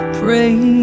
pray